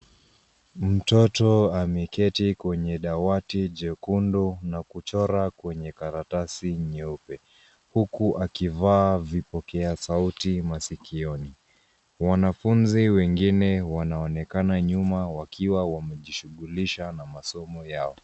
Mtoto ameketi kwenye dawati jekundu na kuchora kwenye karatasi nyeupe huku akivaa vipokeasauti maskioni. Wanafunzi wengine wanaonekana nyuma wakiwa wamejishughulisha na masomo yao.